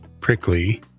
prickly